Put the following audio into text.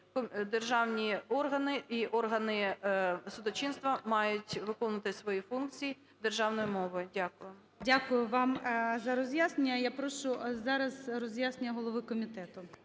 державні органи і органи судочинства мають виконувати свої функції державною мовою. Дякую. ГОЛОВУЮЧИЙ. Дякую вам за роз'яснення. Я прошу зараз роз'яснення голови комітету.